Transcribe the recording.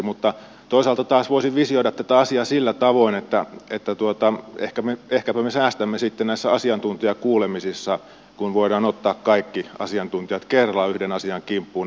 mutta toisaalta taas voisin visioida tätä asiaa sillä tavoin että ehkäpä me säästämme sitten näissä asiantuntijakuulemisissa kun voidaan ottaa kaikki asiantuntijat kerralla yhden asian kimppuun